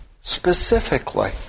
specifically